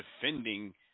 defending